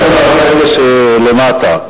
תעברי לעזה, תעברי לעזה,